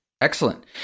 Excellent